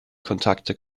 kontakte